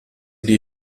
die